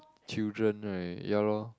children right ya lor